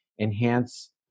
enhance